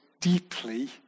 deeply